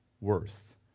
worth